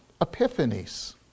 epiphanies